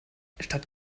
statt